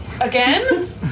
Again